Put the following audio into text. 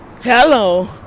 Hello